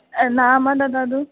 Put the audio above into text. नाम ददातु